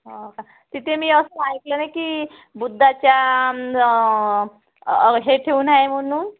हो का तिथे मी असं ऐकलं आहे ना की बुद्धाच्या हे ठेवून आहे म्हणून